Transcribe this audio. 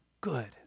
good